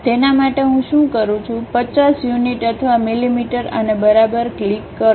તેના માટે હું શું કરું છું 50 યુનિટ અથવા મિલીમીટર અને બરાબર ક્લિક કરો